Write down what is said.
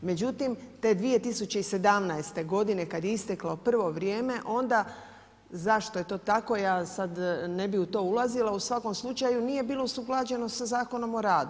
Međutim, te 2017. godine kada je isteklo prvo vrijeme onda zašto je to tako, ja sada ne bi u to ulazila u svakom slučaju nije bilo usklađeno sa Zakonom o radu.